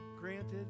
granted